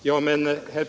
Herr talman!